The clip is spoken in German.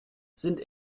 sind